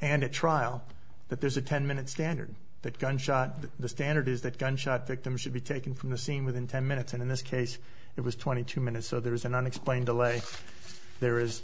and at trial that there's a ten minute standard that gunshot the standard is that gunshot victim should be taken from the scene within ten minutes and in this case it was twenty two minutes so there is an unexplained delay there is